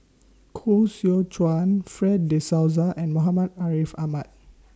Koh Seow Chuan Fred De Souza and Muhammad Ariff Ahmad